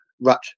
rut